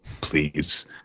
Please